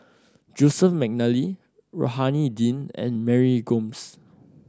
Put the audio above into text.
Joseph McNally Rohani Din and Mary Gomes